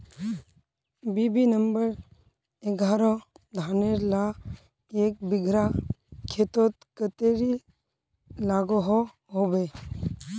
BB number एगारोह धानेर ला एक बिगहा खेतोत कतेरी लागोहो होबे?